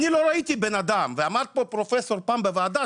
אני לא ראיתי בנאדם ואמר פה פרופסור פעם בוועדה,